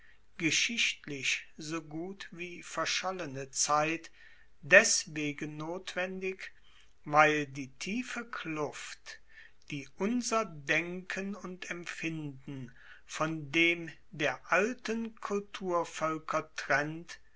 geschichtlich so gut wie verschollene zeit deswegen notwendig weil die tiefe kluft die unser denken und empfinden von dem der alten kulturvoelker trennt